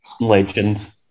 legend